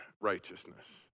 righteousness